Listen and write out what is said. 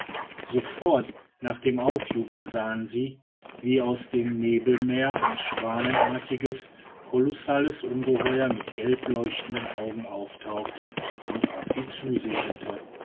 sofort nach dem aufjubeln sahen sie wie aus dem nebelmeere ein schwanartiges kolossales ungeheuer mit gelbleuchtenden augen auftauchte und auf sie zusegelte